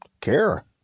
care